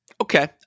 Okay